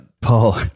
Paul